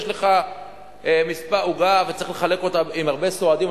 כשיש לך עוגה וצריך לחלק אותה להרבה סועדים,